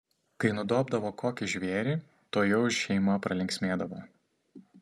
kai nudobdavo kokį žvėrį tuojau šeima pralinksmėdavo